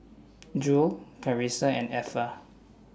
Jule Carisa and Effa